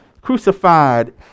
Crucified